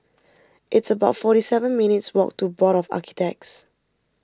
it's about forty seven minutes' walk to Board of Architects